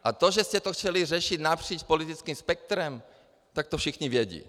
A to, že jste to chtěli řešit napříč politickým spektrem, tak to všichni vědí.